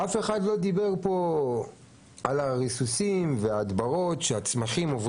אף אחד לא דיבר על הריסוסים וההדברות שעוברים הצמחים.